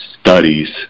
studies